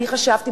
אני חשבתי,